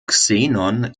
xenon